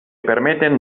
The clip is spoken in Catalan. permeten